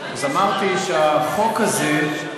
אז אמרתי שהחוק הזה,